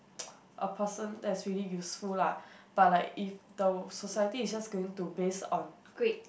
a person that's really useful lah but like if those society is just going to base on